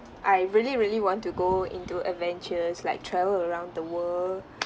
I really really want to go into adventures like travel around the world